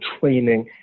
training